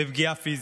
ופגיעה פיזית.